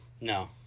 No